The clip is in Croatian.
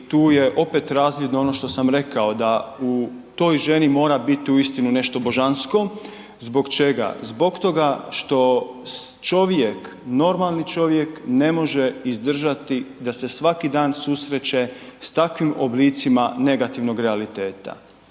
i tu je opet razvidno ono što sam rekao da u toj ženi mora biti uistinu nešto božansko. Zbog čega? Zbog toga što čovjek normalni čovjek ne može izdržati da se svaki dan susreće s takvim oblicima negativnog realiteta.